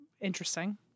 interesting